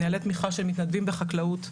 נהלי תמיכה של מתנדבים בחקלאות,